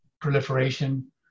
proliferation